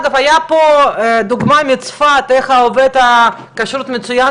אגב, הייתה פה דוגמה מצפת, איך עובדת הכשרות מצוין